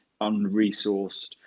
unresourced